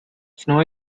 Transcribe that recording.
snow